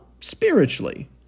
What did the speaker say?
spiritually